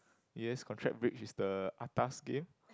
yes contract bridge is the atas game